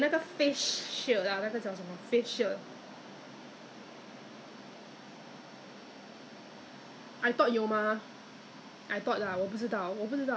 !wah! at that time I thought I thought because maybe I I I use the dish washing detergent too much after that I realized is not is the hand sanitizers the alcohol alcoholic one